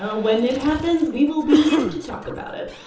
ah when it happens, we will be here to talk about it.